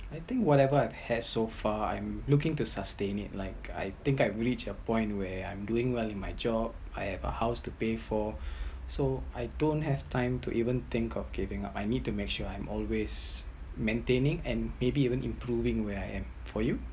I think whatever I had so far I’m looking to sustain it like I think I reach a point where I’m doing well in my job I have a house to pay for so I don’t have time to even think of giving up I need to make sure I’m always maintaining and maybe even improving where I am for you